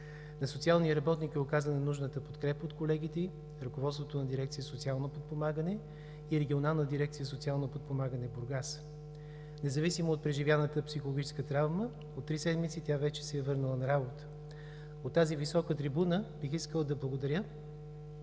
На социалния работник е оказана нужната подкрепа от колегите, ръководството на дирекция „Социално подпомагане“ и Регионална дирекция „Социално подпомагане“ – Бургас. Независимо от преживяната психологическа травма, от три седмици тя се е върнала на работа. От тази висока трибуна бих искал на благодаря